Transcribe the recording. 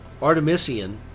Artemisian